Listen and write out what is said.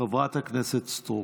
חברת הכנסת סטרוק.